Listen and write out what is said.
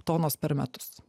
tonos per metus